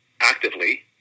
actively